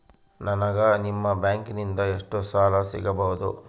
ನನಗ ನಿಮ್ಮ ಬ್ಯಾಂಕಿನಿಂದ ಎಷ್ಟು ಸಾಲ ಸಿಗಬಹುದು?